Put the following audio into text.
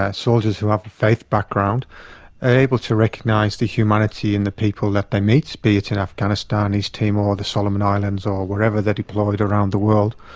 ah soldiers who have a faith background are able to recognise the humanity in the people that they meet, be it an afghanistan, east timor, the solomon islands or wherever they're deployed around the world.